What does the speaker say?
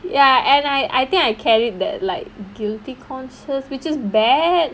ya and I I think I carried that like guilty conscience which is bad